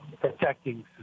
protecting